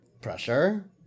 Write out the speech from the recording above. pressure